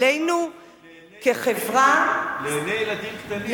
עלינו כחברה, לעיני ילדים קטנים.